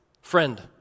friend